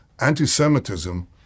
anti-Semitism